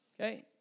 Okay